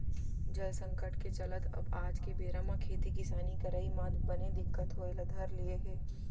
जल संकट के चलत अब आज के बेरा म खेती किसानी करई म बने दिक्कत होय ल धर लिये हे